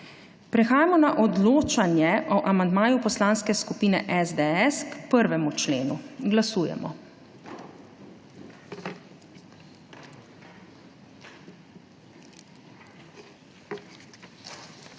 Prehajamo na odločanje o amandmaju Poslanske skupine SDS k 1. členu. Glasujemo.